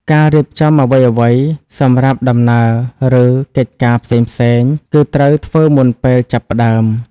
ការរៀបចំអ្វីៗសម្រាប់ដំណើរឬកិច្ចការផ្សេងៗគឺត្រូវធ្វើមុនពេលចាប់ផ្ដើម។